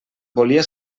volia